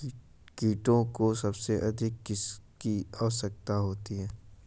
कीटों को सबसे अधिक किसकी आवश्यकता होती है?